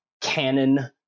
canon